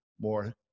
more